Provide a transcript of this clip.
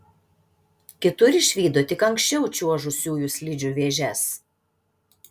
kitur išvydo tik anksčiau čiuožusiųjų slidžių vėžes